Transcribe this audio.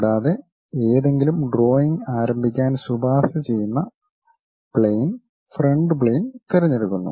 കൂടാതെ ഏതെങ്കിലും ഡ്രോയിംഗ് ആരംഭിക്കാൻ ശുപാർശ ചെയ്യുന്ന പ്ളെയിൻ ഫ്രണ്ട് പ്ളെയിൻ തിരഞ്ഞെടുക്കുന്നു